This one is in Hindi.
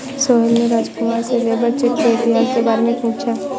सोहेल ने राजकुमार से लेबर चेक के इतिहास के बारे में पूछा